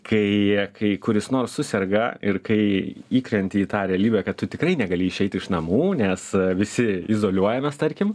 kai kai kuris nors suserga ir kai įkrenti į tą realybę kad tu tikrai negali išeiti iš namų nes visi izoliuojamės tarkim